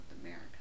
America